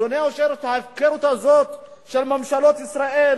אדוני היושב-ראש, ההפקרות הזאת של ממשלות ישראל